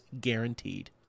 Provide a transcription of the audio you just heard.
guaranteed